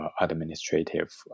administrative